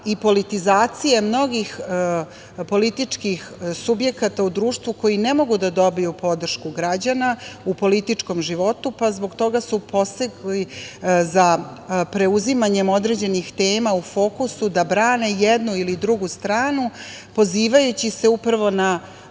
i politizacija, mnogih političkih subjekata u društvu, koji ne mogu da dobiju podršku građana u političkom životu, pa su zbog toga posegli za preuzimanjem određenih tema u fokusu da brane jednu ili drugu stranu, pozivajući se upravo na